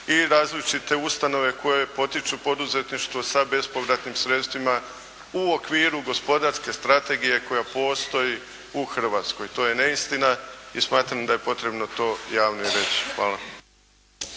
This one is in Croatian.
i različite ustanove koje potiču poduzetništvo sa bespovratnim sredstvima u okviru gospodarske strategije koja postoji u Hrvatskoj. To je neistina i smatram da je potrebno to javno i reći. Hvala.